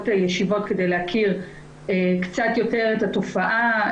ישיבות כדי להכיר קצת יותר את התופעה.